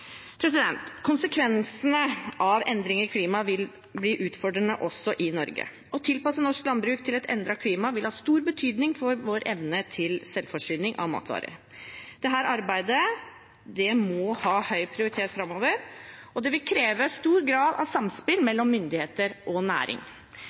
klimafond. Konsekvensene av endringer i klimaet vil bli utfordrende også i Norge. Å tilpasse norsk landbruk til et endret klima vil ha stor betydning for vår evne til selvforsyning av matvarer. Dette arbeidet må ha høy prioritet framover. Det vil kreve stor grad av samspill